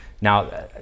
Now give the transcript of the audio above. Now